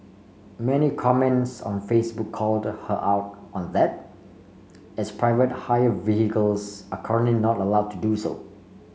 many comments on Facebook called her out on that as private hire vehicles are currently not allowed to do so